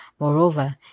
Moreover